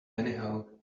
anyhow